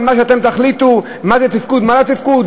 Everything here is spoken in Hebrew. על מה שאתם שתחליטו על מה זה תפקוד ומה לא תפקוד?